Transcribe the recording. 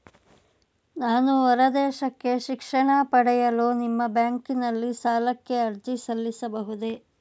ನಾನು ಹೊರದೇಶಕ್ಕೆ ಶಿಕ್ಷಣ ಪಡೆಯಲು ನಿಮ್ಮ ಬ್ಯಾಂಕಿನಲ್ಲಿ ಸಾಲಕ್ಕೆ ಅರ್ಜಿ ಸಲ್ಲಿಸಬಹುದೇ?